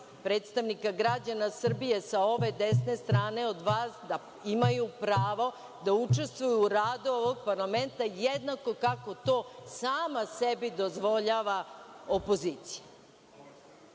predstavnika građana Srbije sa ove desne strane od vas, da imaju pravo da učestvuju u radu ovog parlamenta jednako kako to sama sebi dozvoljava opozicija. Molim